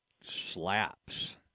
Slaps